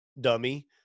dummy